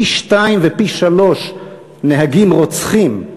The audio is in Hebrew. פי-שניים ופי-שלושה נהגים-רוצחים,